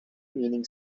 meaning